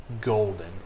golden